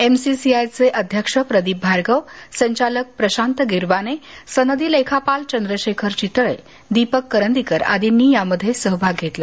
एमसीसीआयएचे अध्यक्ष प्रदीप भार्गव संचालक प्रशांत गिरबाने सनदी लेखापाल चंद्रशेखर चितळे दिपक करंदीकर आदीनी यामध्ये सहभाग घेतला